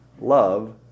Love